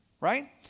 right